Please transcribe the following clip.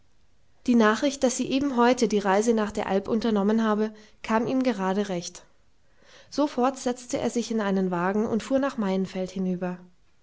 die nachricht daß sie eben heute die reise nach der alp unternommen habe kam ihm gerade recht sofort setzte er sich in einen wagen und fuhr nach maienfeld hinüber